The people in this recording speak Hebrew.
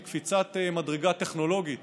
היא קפיצת מדרגה טכנולוגית